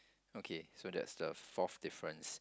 okay so that's the forth difference